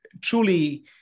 truly